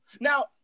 Now